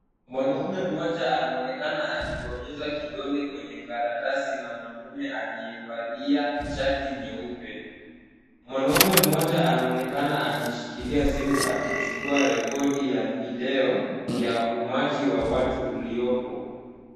Mwanaume mmoja anaonekana akibonyeza kidole kwenye karatasi na mwanaume aliyevalia shati nyeupe. Mwanaume mmoja anaonekana ameshikilia simu akichukua rekodi ya video ya umati wa watu uliopo.